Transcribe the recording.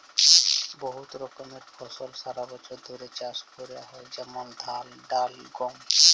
বহুত রকমের ফসল সারা বছর ধ্যরে চাষ ক্যরা হয় যেমল ধাল, ডাল, গম